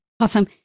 awesome